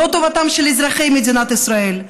לא טובתם של אזרחי מדינת ישראל,